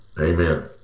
Amen